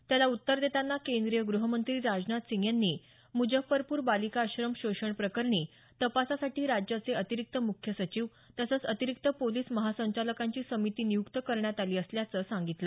त्याला उत्तर देताना केंद्रीय ग्रहमंत्री राजनाथसिंह यांनी मुजफ्फरपूर बालिकाआश्रम शोषण प्रकरणी तपासासाठी राज्याचे अतिरिक्त मुख्य सचिव तसंच अतिरिक्त पोलिस महासंचालकांची समिती नियुक्त करण्यात आली असल्याचं सांगितलं